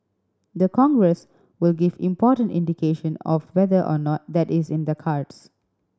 the Congress will give important indication of whether or not that is in the cards